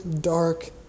dark